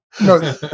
No